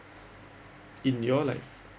in your life